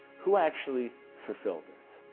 who actually fulfilled this?